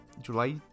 July